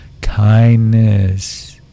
Kindness